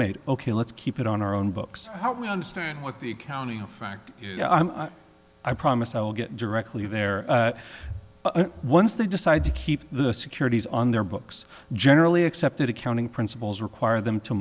made ok let's keep it on our own books how we understand what the accounting fact i promise i'll get directly there once they decide to keep the securities on their books generally accepted accounting principles require them to